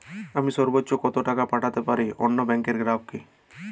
আমি সর্বোচ্চ কতো টাকা পাঠাতে পারি অন্য ব্যাংকের গ্রাহক কে?